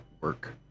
work